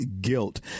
guilt